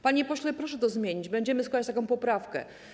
Panie pośle, proszę to zmienić, będziemy składać taką poprawkę.